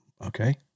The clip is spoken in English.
Okay